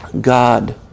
God